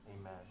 Amen